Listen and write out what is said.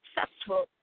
successful